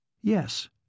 Yes